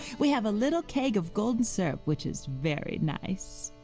we have a little keg of golden syrup, which is very nice.